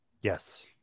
Yes